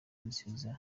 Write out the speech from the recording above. nziza